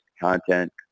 content